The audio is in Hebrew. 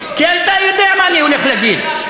כי אתה יודע מה אני הולך להגיד.